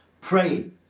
pray